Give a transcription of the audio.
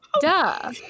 Duh